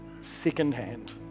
secondhand